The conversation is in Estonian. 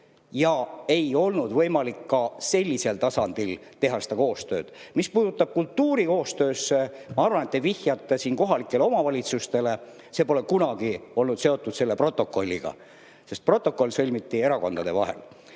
ei olnud võimalik sellisel tasandil koostööd teha. Mis puutub kultuurikoostöösse – ma arvan, et te vihjate siin kohalikele omavalitsustele –, siis see pole kunagi olnud seotud selle protokolliga, sest protokoll sõlmiti erakondade vahel.